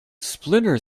splinter